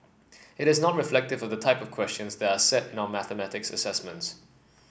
it is not reflective of the type questions that are set in our mathematic assessments